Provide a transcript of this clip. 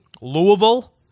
Louisville